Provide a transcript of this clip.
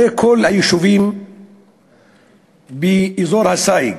הרי כל היישובים באזור הסייג,